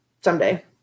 someday